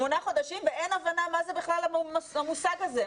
שמונה חודשים ואין הבנה מה זה בכלל המושג הזה,